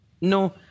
No